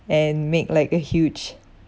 and make like a huge